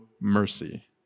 mercy